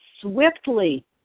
swiftly